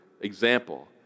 example